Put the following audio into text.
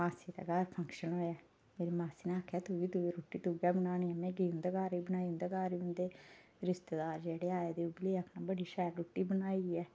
मासी दे घर फंक्शन होआ मासी नै आक्खेआ कि रुट्टी तू गै बनानी ऐ ते में गेई उंदे घर ते बनाई रुट्टी रिश्तेदार जेह्ड़े आए दे आक्खन लगे बड़ी शैल रुट्टी बनाई दी ऐ